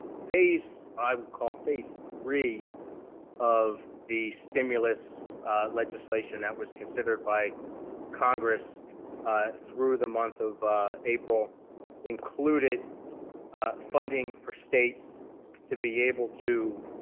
i would call phase three of the stimulus legislation that was considered by congress ah through the month of april included funding for states to be able to